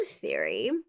theory